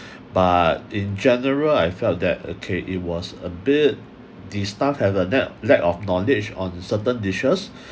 but in general I felt that okay it was a bit the staff have a lap~ lack of knowledge on certain dishes